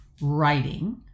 writing